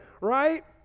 right